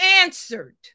answered